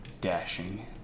...dashing